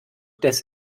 des